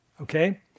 okay